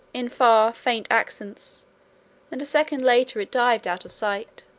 in far, faint accents and a second later it dived out of sight.